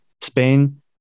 Spain